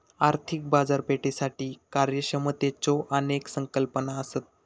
आर्थिक बाजारपेठेसाठी कार्यक्षमतेच्यो अनेक संकल्पना असत